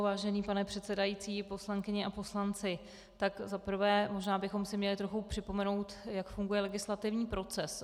Vážený pane předsedající, poslankyně a poslanci, tak za prvé, možná bychom si měli trochu připomenout, jak funguje legislativní proces.